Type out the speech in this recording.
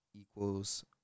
Equals